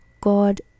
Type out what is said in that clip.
God